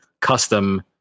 custom